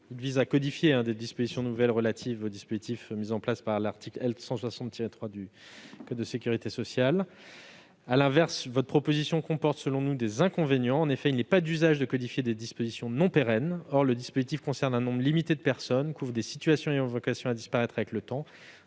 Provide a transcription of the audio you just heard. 45 vise à codifier des dispositions nouvelles relatives au dispositif mis en place par l'article L. 160-3 du code de sécurité sociale. La proposition de la commission comporte, selon nous, des inconvénients. En effet, il n'est pas d'usage de codifier des dispositions non pérennes. Or la rédaction envisagée concerne un nombre limité de personnes et couvre des situations ayant vocation à disparaître avec le temps.